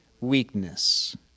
weakness